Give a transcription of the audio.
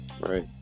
Right